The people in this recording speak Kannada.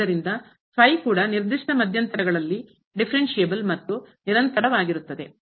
ಆದ್ದರಿಂದ ಕೂಡ ನಿರ್ದಿಷ್ಟ ಮಧ್ಯಂತರಗಳಲ್ಲಿ ಡಿಫರೆನ್ಸಿಯಬಲ್ ಮತ್ತು ನಿರಂತರವಾಗಿರುತ್ತದೆ